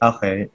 Okay